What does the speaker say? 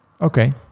Okay